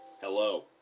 Hello